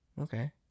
Okay